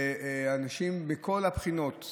ואנשים מכל הבחינות,